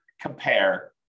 compare